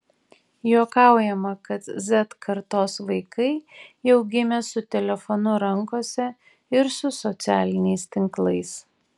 juokaujama kad z kartos vaikai jau gimė su telefonu rankose ir su socialiniais tinklais